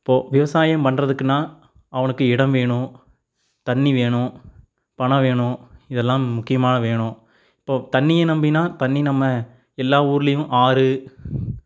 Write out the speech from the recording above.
இப்போ விவசாயம் பண்ணுறதுக்குனா அவனுக்கு இடம் வேணும் தண்ணி வேணும் பணம் வேணும் இதெல்லாம் முக்கியமாக வேணும் இப்போ தண்ணியை நம்பினால் தண்ணி நம்ம எல்லா ஊர்லேயும் ஆறு